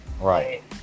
Right